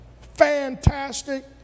fantastic